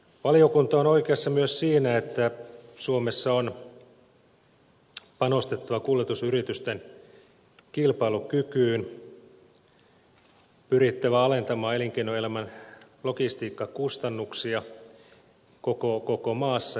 valiokunta on oikeassa myös siinä että suomessa on panostettava kuljetusyritysten kilpailukykyyn pyrittävä alentamaan elinkeinoelämän logistiikkakustannuksia koko maassa